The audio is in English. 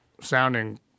sounding